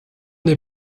des